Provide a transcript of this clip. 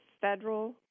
federal